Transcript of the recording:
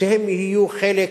שהם יהיו חלק